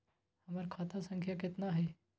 हमर खाता संख्या केतना हई?